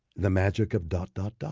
the magic of dot-dot-dot.